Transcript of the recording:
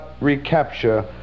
recapture